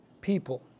people